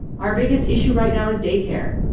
our biggest issue right now is daycare,